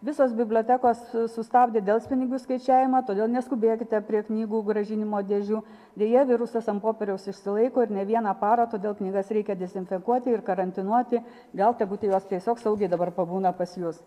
visos bibliotekos sustabdė delspinigių skaičiavimą todėl neskubėkite prie knygų grąžinimo dėžių deja virusas ant popieriaus išsilaiko ir ne vieną parą todėl knygas reikia dezinfekuoti ir karantinuoti gal tegu tai jos tiesiog saugiai dabar pabūna pas jus